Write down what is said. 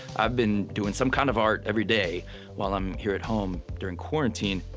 i've been doing some kind of art every day while i'm here at home during quarantine.